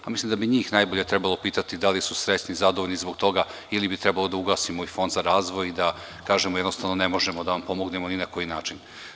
Mislim da bi njih najbolje trebalo pitati da li su srećni i zadovoljni zbog toga ili bi trebalo da ugasimo i Fond za razvoj i da kažemo – jednostavno, ne možemo da vam pomognemo ni na koji način.